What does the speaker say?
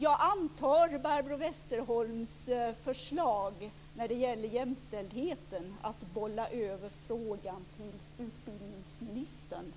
Jag antar Barbro Westerholms förslag när det gäller jämställdheten och bollar över frågan till utbildningsministern,